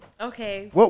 Okay